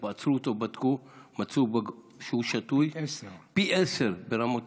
כשבדקו אותו מצאו שהוא שתוי, שרמות